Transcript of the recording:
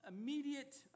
immediate